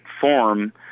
form